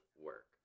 work